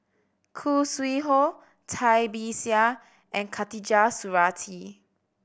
Khoo Sui Hoe Cai Bixia and Khatijah Surattee